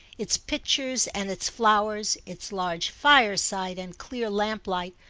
its pictures and its flowers, its large fireside and clear lamplight,